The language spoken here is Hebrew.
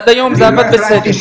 עד היום זה עבד בסדר.